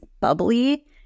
bubbly